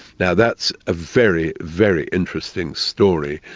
now that's a very, very interesting story.